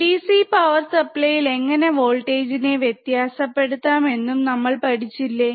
DC power സപ്ലൈയിൽ എങ്ങനെ വോൾട്ടേജിനെ വ്യത്യാസപെടുത്താം എന്നും നമ്മൾ പഠിച്ചില്ലേ